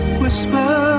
whisper